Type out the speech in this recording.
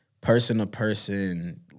person-to-person